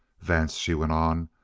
vance, she went on,